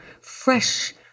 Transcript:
fresh